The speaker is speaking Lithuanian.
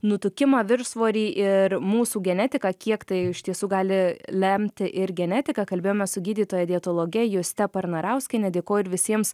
nutukimą viršsvorį ir mūsų genetiką kiek tai iš tiesų gali lemti ir genetika kalbėjome su gydytoja dietologe juste parnarauskiene dėkoju ir visiems